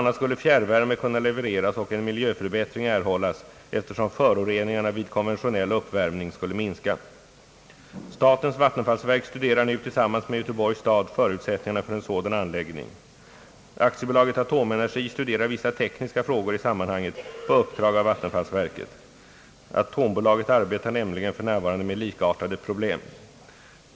a. skulle fjärrvärme kunna levereras och en miljöförbättring erhållas eftersom föroreningarna vid konventionell uppvärmning skulle minska. Statens vatenfallsverk studerar nu tillsammans med Göteborgs stad förutsättningarna för en sådan anläggning. AB Atomenergi studerar vissa tekniska frågor i sammanhanget på uppdrag av vattenfallsverket. — Atombolaget = arbetar nämligen f.n. med likartade problem.